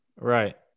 Right